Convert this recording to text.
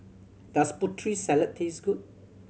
does Putri Salad taste good